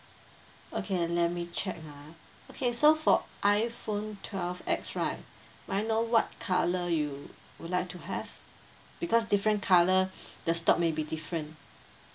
okay let me check ah okay so for iphone twelve X right may I know what colour you would like to have because different colour the stock may be different